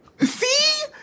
See